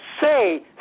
say